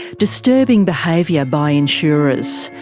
disturbing behaviour by insurers,